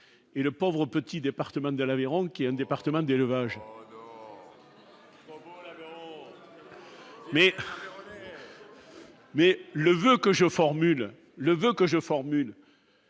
et le pauvre petit département de l'Aveyron qui est un département d'élevage. Mais le voeu que je formule le voeu que je formule.